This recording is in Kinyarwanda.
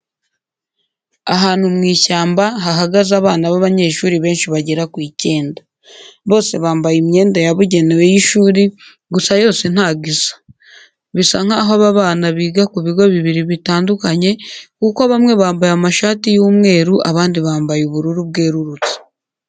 Ahantu mu ishyamba, hahagaze abana b'abanyeshuri benshi bagera ku icyenda. Bose bambaye imyenda yabugenewe y'ishuri, gusa yose ntago Isa. Bisa nk'aho aba bana niga ku bigo bibiri bitandukanye, kuko bamwe bambaye amashati y'umweru abandi bambaye ubururu bwerurutse.